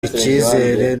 icyizere